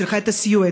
היא צריכה את הסיוע,